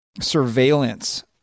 surveillance